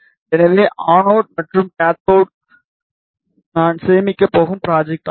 எனவே அனோட் மற்றும் கேத்தோடு நான் சேமிக்கும் ப்ராஜெக்ட் ஆகும்